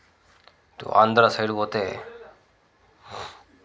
ఇటు ఆంధ్రా సైడ్ పోతే